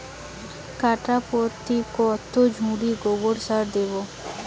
কাঠাপ্রতি কত ঝুড়ি গোবর সার দেবো?